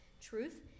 truth